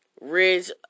Ridge